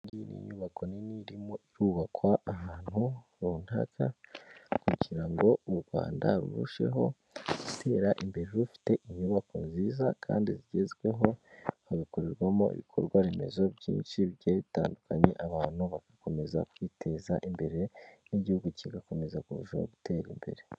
Iyi ni nyubako nini irimo irubakwa ahantu runaka, kugira ngo u Rwanda rurusheho gutera imbere rufite inyubako nziza kandi zigezweho hagakorerwamo ibikorwa remezo byinshi bigiye bitandukanye abantu bagakomeza kwiteza imbere n'igihugu kigakomeza kurushaho gutera imbere.